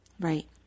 Right